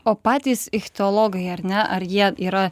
o patys ichtiologai ar ne ar jie yra